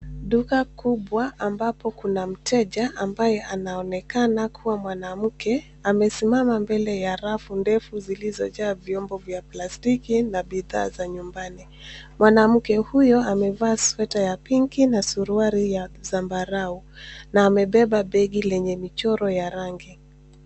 Duka kubwa ambapo kuna mteja ambaye anaonekana kuwa mwanamke amesimama mbele ya rafu ndefu zilizojaa vyombo vya plastiki na bidhaa za nyumbani, mwanamke huyo amevaa sweta ya pink na suruali ya sambarau na amepepa begi lenye michoro ya rangi.